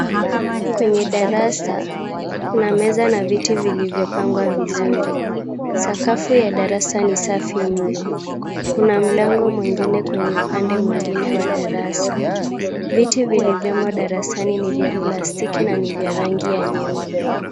Kwenye darasa, kuna meza na viti vilivyopangwa vizuri. Sakafu ya darasa ni safi mno. Kuna mlango mwingine kwenye upande mwingine wa darasa. Viti vilivyo darasani ni vya plastiki na vya rangi nyeupe.